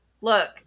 Look